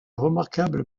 remarquable